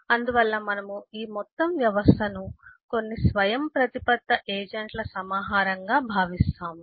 అందువల్ల మనము ఈ మొత్తం మొత్తం వ్యవస్థను కొన్ని స్వయంప్రతిపత్త ఏజెంట్ల సమాహారంగా భావిస్తాము